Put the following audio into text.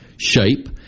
shape